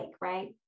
right